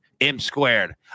M-squared